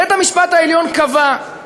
בית-המשפט העליון קבע,